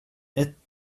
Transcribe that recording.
ett